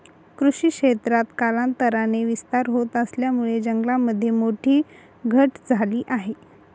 कृषी क्षेत्रात कालांतराने विस्तार होत असल्यामुळे जंगलामध्ये मोठी घट झाली आहे